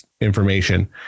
information